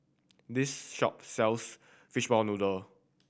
this shop sells fishball noodle